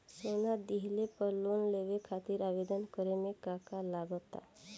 सोना दिहले पर लोन लेवे खातिर आवेदन करे म का का लगा तऽ?